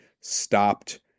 stopped